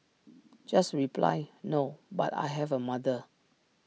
just reply no but I have A mother